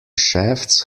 shafts